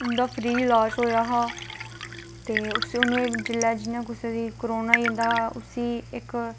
ते उं'दा फ्री ईलाज होआ हा ते जि'यां कुसैगी कोरोना होई जंदा उसी इक